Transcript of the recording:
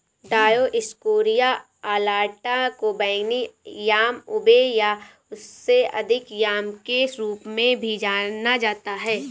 Dioscorea alata को बैंगनी yam ube या उससे अधिक याम के रूप में भी जाना जाता है